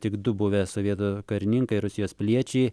tik du buvę sovietų karininkai ir rusijos piliečiai